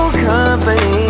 company